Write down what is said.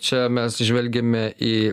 čia mes žvelgiame į